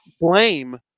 blame